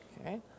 Okay